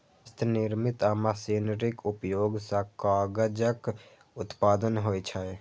हस्तनिर्मित आ मशीनरीक उपयोग सं कागजक उत्पादन होइ छै